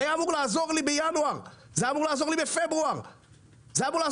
זה היה אמור לעזור לי בינואר, פברואר ודצמבר.